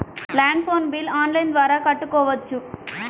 Land phone bill online ద్వారా కట్టుకోవచ్చు?